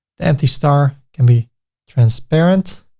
the empty star can be transparent,